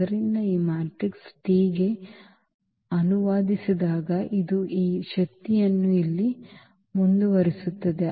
ಆದ್ದರಿಂದ ಈ matrix T ಗೆ ಅನುವಾದಿಸುವಾಗ ಇದು ಈ ಶಕ್ತಿಯನ್ನು ಇಲ್ಲಿ ಮುಂದುವರಿಸುತ್ತದೆ